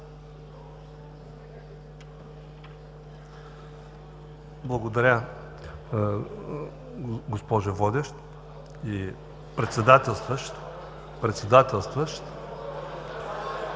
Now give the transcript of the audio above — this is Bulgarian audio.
Благодаря, госпожо Водеща и Председателстваща.